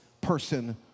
person